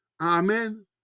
Amen